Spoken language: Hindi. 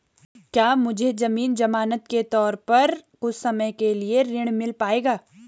क्या मुझे ज़मीन ज़मानत के तौर पर कुछ समय के लिए ऋण मिल पाएगा?